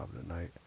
tonight